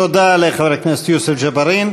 תודה לחבר הכנסת יוסף ג'בארין.